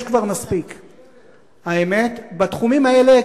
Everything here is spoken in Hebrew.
חבר הכנסת